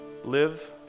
live